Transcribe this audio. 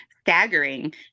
staggering